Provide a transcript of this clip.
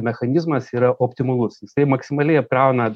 mechanizmas yra optimalus jisai maksimaliai apkrauna